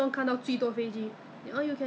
I think I will prefer um